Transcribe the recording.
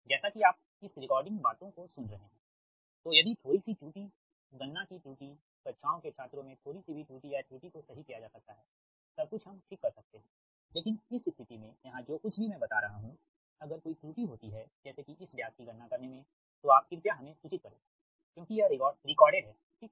जैसा कि आप इस रिकॉर्डिंग बात को सुन रहे है तोयदि थोड़ी सी त्रुटि गणना की त्रुटि कक्षाओं के छात्रों में थोड़ी सी भी त्रुटि या त्रुटि को सही किया जा सकता हैसब कुछ हम ठीक कर सकते हैं लेकिन इस स्थिति में यहाँ जो कुछ भी मैं बता रहा हूं अगर कोई त्रुटि होती है जैसे कि इस व्यास की गणना करने में तो आप कृपया हमे सूचित करें क्योंकि यह रिकार्डेड हैठीक है